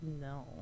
No